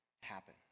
happen